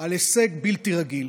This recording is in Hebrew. על הישג בלתי רגיל.